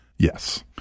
Yes